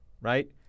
right